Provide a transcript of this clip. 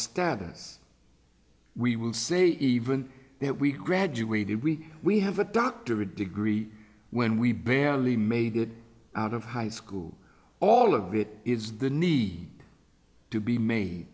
status we will say even that we graduated we we have a doctorate degree when we barely made it out of high school all of it is the need to be made